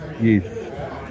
Yes